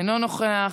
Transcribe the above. אינו נוכח,